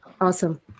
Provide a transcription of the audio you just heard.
Awesome